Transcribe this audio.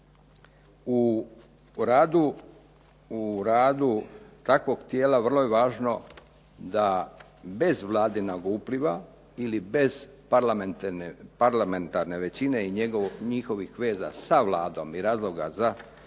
U radu takvog tijela vrlo je važno da bez vladina upliva ili bez parlamentarne većine i njihovih veza sa Vladom i razloga za poštivanje